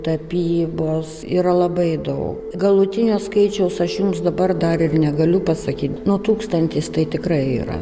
tapybos yra labai daug galutinio skaičiaus aš jums dabar dar ir negaliu pasakyt nu tūkstantis tai tikrai yra